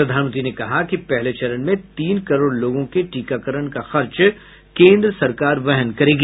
प्रधानमंत्री ने कहा कि पहले चरण में तीन करोड़ लोगों के टीकाकरण का खर्च केंद्र सरकार वहन करेगी